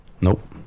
Nope